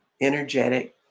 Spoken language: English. energetic